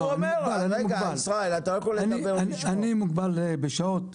אני מוגבל בשעות.